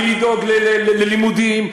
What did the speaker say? לדאוג ללימודים.